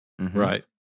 Right